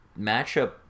matchup